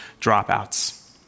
dropouts